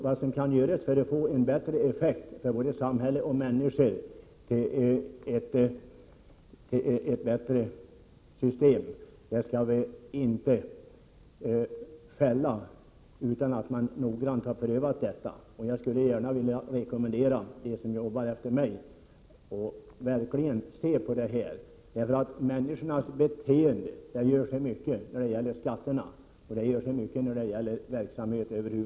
Vad som behövs för att det skall bli bättre för både samhälle och människor är ett bättre system. Därför skall vi inte fälla förslag i den här riktningen utan att först ha gjort en noggrann prövning. Jag skulle vilja rekommendera mina efterträdare att verkligen beakta detta. Då det gäller människornas beteende och verksamhet över huvud taget är skatterna av mycket stor betydelse.